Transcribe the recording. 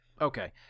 Okay